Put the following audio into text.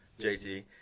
JT